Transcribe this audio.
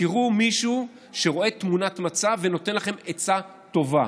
תראו מישהו שרואה תמונת מצב ונותן לכם עצה טובה.